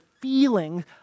feelings